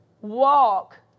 walk